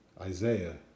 Isaiah